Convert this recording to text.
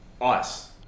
ice